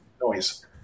noise